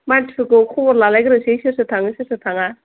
मानसिफोरखौ खबर लालायग्रोनोसै सोर सोर थाङो सोर सोर थाङा